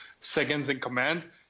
seconds-in-command